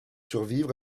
survivre